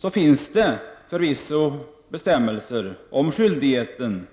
Det finns förvisso bestämmelser om skyldigheten